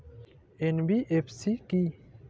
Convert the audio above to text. NBFC কী?